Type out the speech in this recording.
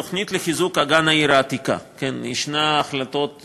התוכנית לחיזוק אגן העיר העתיקה: יש שתי החלטות